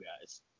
guys